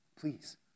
Please